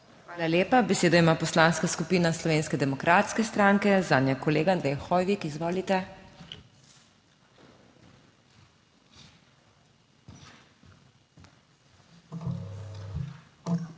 Hvala lepa. Besedo ima Poslanska skupina Slovenske demokratske stranke, zanjo kolega Andrej Hoivik. Izvolite.